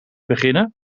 beginnen